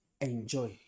Enjoy